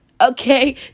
okay